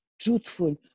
truthful